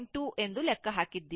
2 ಎಂದು ಲೆಕ್ಕ ಹಾಕಿದ್ದೀರಿ